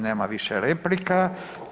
Nema više replika.